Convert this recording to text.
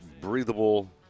breathable